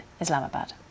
Islamabad